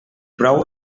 prou